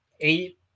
eight